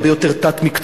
הרבה יותר תת-מקצועות,